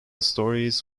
stories